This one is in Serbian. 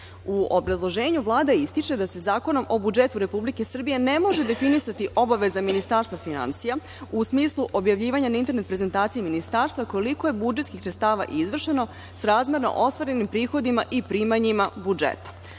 obrazloženju Vlada ističe da se Zakonom o budžetu Republike Srbije ne može definisati obaveza Ministarstva finansija u smislu objavljivanja na internet prezentaciji ministarstva koliko je budžetskih sredstava izvršeno srazmerno ostvarenim prihodima i primanjima budžeta.